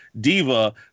diva